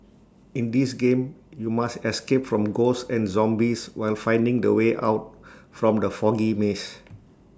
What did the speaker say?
in this game you must escape from ghosts and zombies while finding the way out from the foggy maze